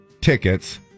tickets